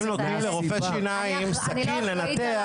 אם נותנים לרופא שיניים סכין לנתח,